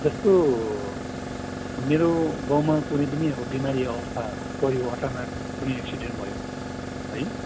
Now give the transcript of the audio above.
जस्तो मेरो गाउँमा कुनै पनि अब बिमारी आओस् वा परिवार अचानक कुनै एक्सिडेन्ट भयो है